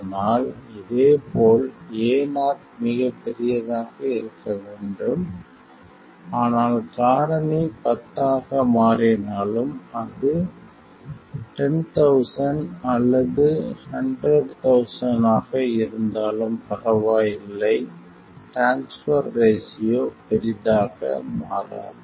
ஆனால் இதேபோல் Ao மிகப் பெரியதாக இருக்க வேண்டும் ஆனால் காரணி பத்து ஆக மாறினாலும் அது 10000 அல்லது 100000 ஆக இருந்தாலும் பரவாயில்லை ட்ரான்ஸ்பர் ரேஷியோ பெரிதாக மாறாது